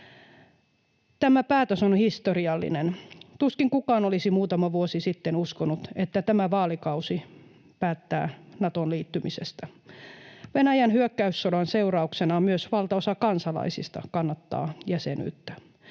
Tämä päätös on historiallinen. Tuskin kukaan olisi muutama vuosi sitten uskonut, että tällä vaalikaudella päätetään Natoon liittymisestä. Venäjän hyökkäyssodan seurauksena myös valtaosa kansalaisista kannattaa jäsenyyttä.